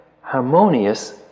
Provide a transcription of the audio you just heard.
harmonious